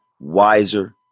wiser